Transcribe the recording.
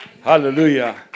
Hallelujah